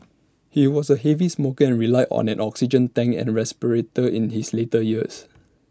he was A heavy smoker and relied on an oxygen tank and respirator in his later years